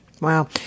Wow